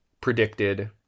predicted